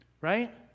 Right